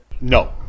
No